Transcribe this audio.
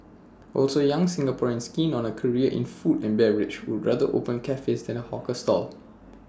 also young Singaporeans keen on A career in food and beverage would rather open cafes than A hawker stall